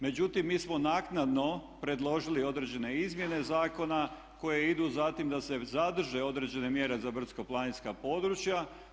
Međutim, mi smo naknadno predložili određene izmjene zakona koje idu za tim da se zadrže određene mjere za brdsko-planinska područja.